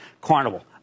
Carnival